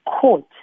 court